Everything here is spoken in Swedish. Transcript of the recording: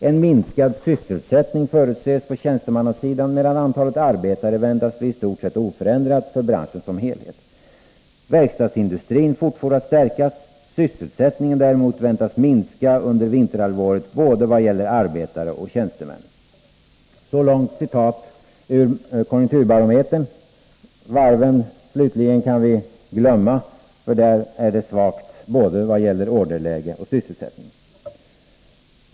——— En minskad sysselsättning förutses på tjänstemannasidan medan antalet arbetare väntas bli i stort sett oförändrat för branschen som helhet. — Verkstadsindustrin fortfor att stärkas. ——— Sysselsättningen däremot väntas minska under vinterhalvåret både vad gäller arbetare och tjänstemän. Så långt citat ur Konjunkturbarometern. Varven, slutligen, kan vi glömma, för där är det svagt vad gäller både orderläge och sysselsättning.